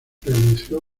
gobierno